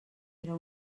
era